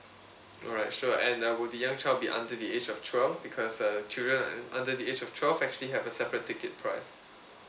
alright sure and uh would the young child be under the age of twelve because uh children un~ under the age of twelve actually have a separate ticket price